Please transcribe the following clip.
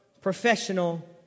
professional